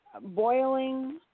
boiling